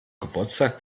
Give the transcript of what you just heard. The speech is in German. geburtstag